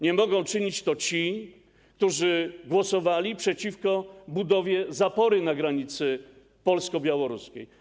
Nie mogą czynić tego ci, którzy głosowali przeciwko budowie zapory na granicy polsko-białoruskiej.